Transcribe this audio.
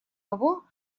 того